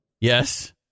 yes